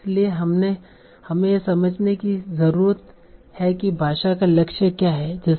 इसलिए हमें यह समझने की जरूरत है कि भाषा का लक्ष्य क्या है